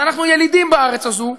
אז אנחנו ילידים בארץ הזאת,